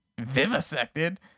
vivisected